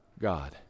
God